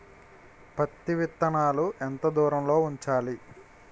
పత్తి విత్తనాలు ఎంత దూరంలో ఉంచాలి?